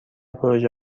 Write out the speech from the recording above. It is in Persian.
پروژه